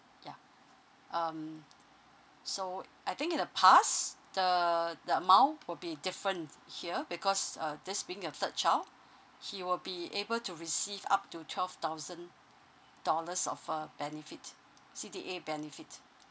ya um so I think in the past the the amount will be different here because uh this being your third child he will be able to receive up to twelve thousand dollars of a benefit C_D_A benefit